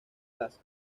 las